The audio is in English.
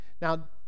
Now